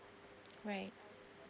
right